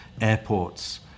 airports